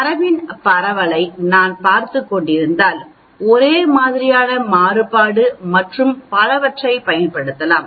தரவின் பரவலை நான் பார்த்துக் கொண்டிருந்தால் ஒரே மாதிரியான மாறுபாடு மற்றும் பலவற்றைப் பயன்படுத்தலாம்